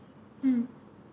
mm